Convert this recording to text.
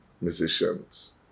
musicians